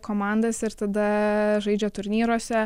komandas ir tada žaidžia turnyruose